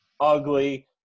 ugly